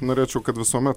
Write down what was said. norėčiau kad visuomet